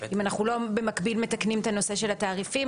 אם אנחנו לא מתקנים במקביל את נושא התעריפים?